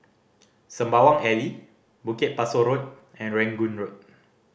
Sembawang Alley Bukit Pasoh Road and Rangoon Road